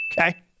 Okay